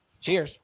cheers